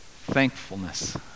Thankfulness